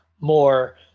more